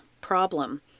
problem